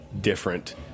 different